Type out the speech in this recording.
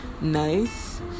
nice